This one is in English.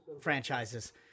franchises